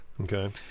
Okay